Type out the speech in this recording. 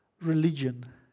religion